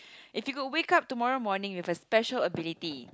if you could wake up tomorrow morning with a special ability